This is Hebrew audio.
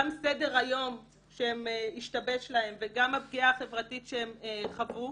גם סדר-היום שהשתבש להם וגם הפגיעה החברתית שהם חוו.